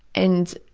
and